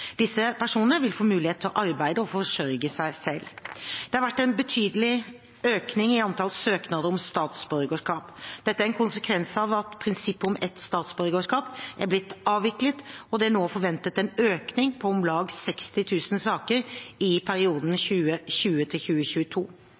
Disse personene vil få mulighet til å arbeide og forsørge seg selv. Det har vært en betydelig økning i antall søknader om statsborgerskap. Dette er en konsekvens av at prinsippet om ett statsborgerskap er blitt avviklet, og det er nå forventet en økning på om lag 60 000 saker i perioden